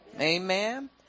amen